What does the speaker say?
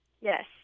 Yes